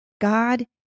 God